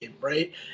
right